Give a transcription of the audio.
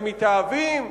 הם מתאהבים,